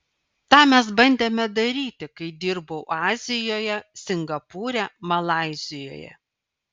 tą mes bandėme daryti kai dirbau azijoje singapūre malaizijoje